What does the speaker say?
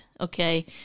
okay